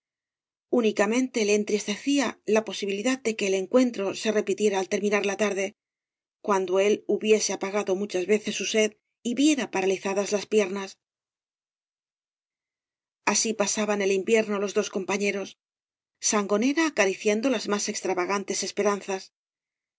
uüicanoiente le entristecía la posibilidad de que el encuentro se repitiera al terminar la tarde cuando él hubiese apagado muchas veces su sed y viera paralizadas las piernas asi pasaban el invierno los dos compañeros sangonera acariciando las más extravagantes esperanzag